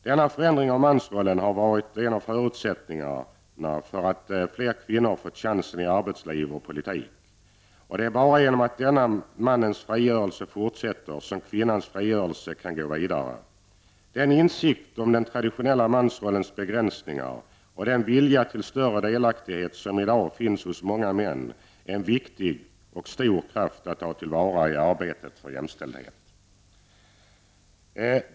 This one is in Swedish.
Denna förändring av mansrollen har varit en av förutsättningarna för att flera kvinnor har fått chansen i arbetsliv och politik. Det är bara genom att denna mannens frigörelse fortsätter som kvinnans frigörelse kan gå vidare. Insikten om den traditionella mansrollens begränsningar och den vilja till större delaktighet som i dag finns hos många män är en viktig och stor kraft att ta till vara i arbetet för jämställdhet.